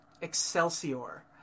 Excelsior